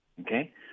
okay